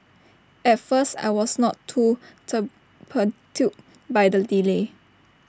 at first I was not too perturbed by the delay